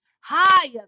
Higher